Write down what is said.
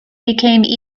became